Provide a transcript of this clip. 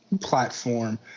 platform